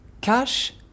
cash